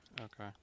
Okay